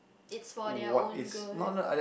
it's for their own good